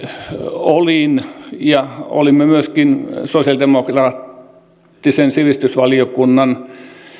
olin ja olimme myöskin sosialidemokraattisen sivistysvaliokunnan